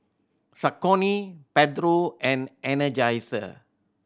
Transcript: Saucony Pedro and Energizer